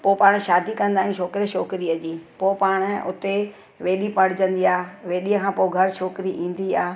पो पाण शादी कंदा आहियूं छोकिरे छोकिरी जी पोइ पाण उते वेॾी पढ़जंदी आहे वेॾी खां पोइ घर छोकिरी ईंदी आहे